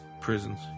prisons